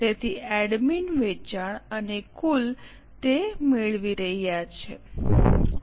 તેથી એડમિન વેચાણ અને કુલ તે મેળવી રહ્યા છો